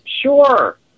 Sure